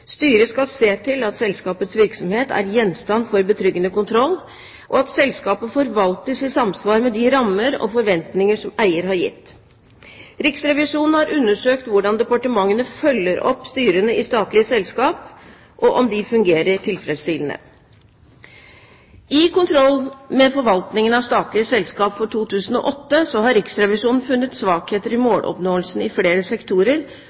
Styret skal se til at selskapets virksomhet er gjenstand for betryggende kontroll, og at selskapet forvaltes i samsvar med de rammer og forventninger som eier har gitt. Riksrevisjonen har undersøkt hvordan departementene følger opp styrene i statlige selskap, og om de fungerer tilfredsstillende. I kontroll med forvaltningen av statlige selskap for 2008 har Riksrevisjonen funnet svakheter ved måloppnåelsen i flere sektorer,